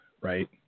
right